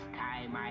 time